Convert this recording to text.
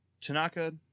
Tanaka